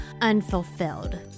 unfulfilled